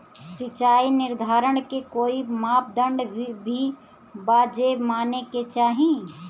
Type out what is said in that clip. सिचाई निर्धारण के कोई मापदंड भी बा जे माने के चाही?